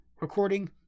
recording